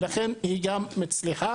ולכן היא גם מצליחה.